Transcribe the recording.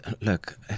look